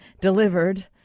delivered